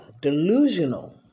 delusional